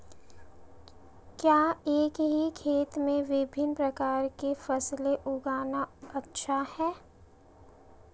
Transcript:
क्या एक ही खेत में विभिन्न प्रकार की फसलें उगाना अच्छा है?